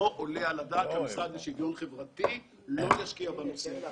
לא עולה על הדעת שהמשרד לשוויון חברתי לא ישקיע בנושא הזה.